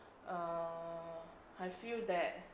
err I feel that